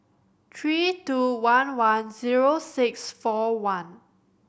three two one one zero six four one